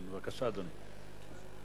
בבקשה, אדוני.